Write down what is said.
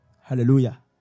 Hallelujah